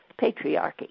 patriarchy